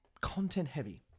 content-heavy